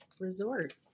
Resort